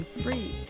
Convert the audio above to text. free